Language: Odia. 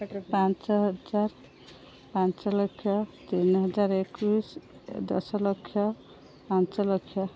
ପାଞ୍ଚ ହଜାର ପାଞ୍ଚଲକ୍ଷ ତିନି ହଜାର ଏକୋଇଶି ଦଶ ଲକ୍ଷ ପାଞ୍ଚ ଲକ୍ଷ